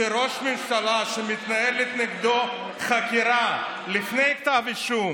שראש ממשלה שמתנהלת נגדו חקירה לפני כתב אישום